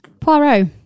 Poirot